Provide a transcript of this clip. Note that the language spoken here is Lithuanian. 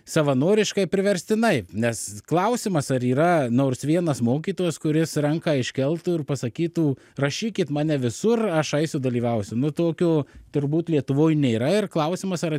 savanoriškai priverstinai nes klausimas ar yra nors vienas mokytojas kuris ranką iškeltų ir pasakytų rašykit mane visur aš eisiu dalyvausiu nu tokio turbūt lietuvoje nėra ir klausimas ar